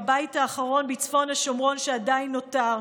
הבית האחרון בצפון השומרון שעדיין נותר.